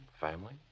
family